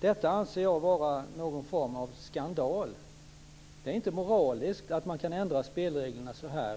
Detta anser jag är någon form av skandal. Det är inte moraliskt att man kan ändra spelreglerna så.